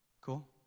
cool